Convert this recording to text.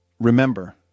Remember